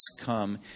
come